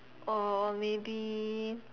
or maybe